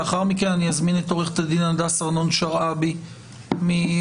לאחר מכן אזמין את עו"ד הדס ארנון-שרעבי מארגון